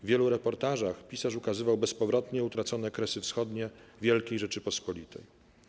W wielu reportażach pisarz ukazywał bezpowrotnie utracone Kresy Wschodnie wielkiej Rzeczypospolitej.